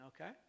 okay